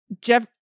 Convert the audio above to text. Jeff